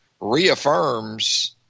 reaffirms